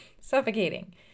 Suffocating